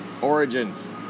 origins